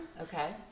Okay